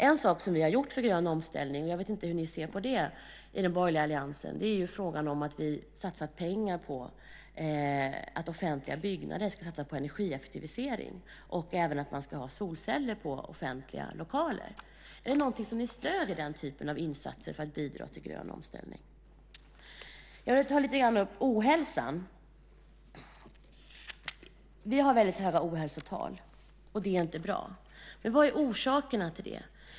En sak som vi har gjort för det är att vi har satsat pengar på att offentliga byggnader ska göra satsningar på energieffektivisering och använda solceller. Jag vet inte hur ni i den borgerliga alliansen ser på det. Är den typen av insatser någonting som ni stöder för att bidra till grön omställning? Jag ska ta upp ohälsan här lite grann. Vi har höga ohälsotal. Det är inte bra. Men vad är orsakerna till det?